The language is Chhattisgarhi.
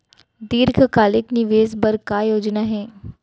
दीर्घकालिक निवेश बर का योजना हे?